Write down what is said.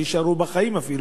שיישארו בחיים אפילו.